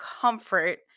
comfort